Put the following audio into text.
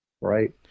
Right